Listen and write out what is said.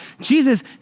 Jesus